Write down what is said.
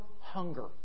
hunger